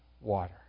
water